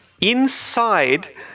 inside